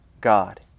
God